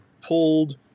pulled